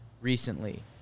recently